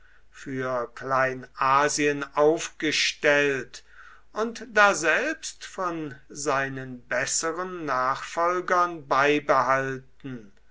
für kleinasien aufgestellt und daselbst von seinen besseren nachfolgern beibehalten